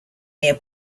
near